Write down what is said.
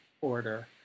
order